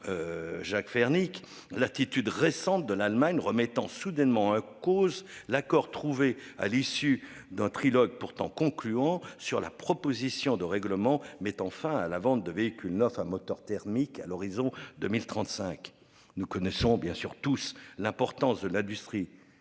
Jacques Fernique l'attitude récente de l'Allemagne remettant soudainement hein, cause l'accord trouvé à l'issue d'un trilogue pourtant concluant sur la proposition de règlement, mettant fin à la vente de véhicules neufs à moteur thermique à l'horizon 2035. Nous connaissons bien sûr tous l'importance de l'industrie